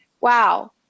wow